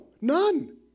None